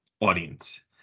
audience